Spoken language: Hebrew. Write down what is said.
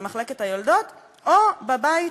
במחלקת היולדות או בבית,